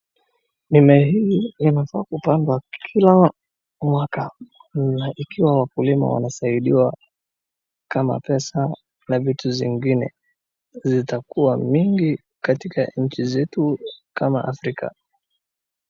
Mimea hii inafaa kupandwa kila mawaka na ikiwa wakulima wanasaidiwa kama pesa na vitu zingine zitakuwa mingi katika nchi zetu kama Afrika.